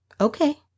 Okay